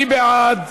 מי בעד?